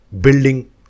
building